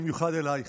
במיוחד אלייך.